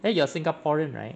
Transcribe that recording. then you are singaporean right